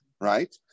right